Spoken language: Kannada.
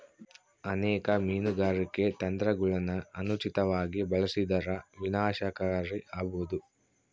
ಅನೇಕ ಮೀನುಗಾರಿಕೆ ತಂತ್ರಗುಳನ ಅನುಚಿತವಾಗಿ ಬಳಸಿದರ ವಿನಾಶಕಾರಿ ಆಬೋದು